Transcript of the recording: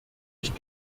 ich